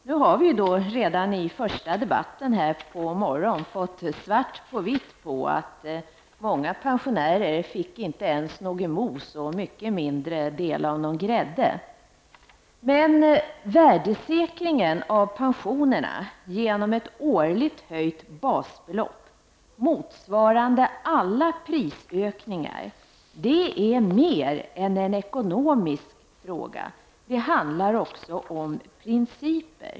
Nu har vi redan i den första debatten på morgonen fått svart på vitt på att många pensionärer inte ens får mos och en mycket mindre del grädde. Men värdesäkringen av pensionerna genom ett årligt höjt basbelopp motsvarande alla prisökningar är mer än en ekonomisk fråga. Det handlar också om principer.